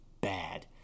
bad